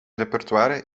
repertoire